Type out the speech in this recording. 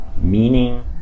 meaning